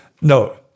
No